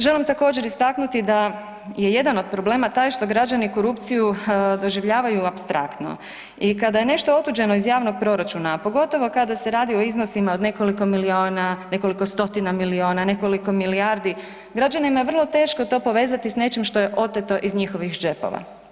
Želim također, istaknuti da je jedan od problema taj što građani korupciju doživljavaju apstraktno i kada je nešto otuđeno iz javnog proračuna, a pogotovo kada se radi o iznosima od nekoliko milijuna, nekoliko stotina milijuna, nekoliko milijardi, građanima je vrlo teško to povezati s nečim što je oteto iz njihovih džepova.